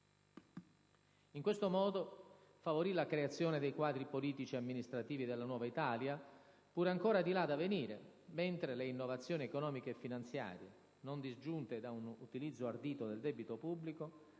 In questo modo favorì la creazione dei quadri politici e amministrativi della nuova Italia, pur ancora di là da venire, mentre le innovazioni economiche e finanziarie, non disgiunte da un utilizzo ardito del debito pubblico,